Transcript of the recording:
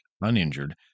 uninjured